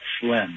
Slim